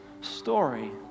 story